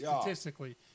statistically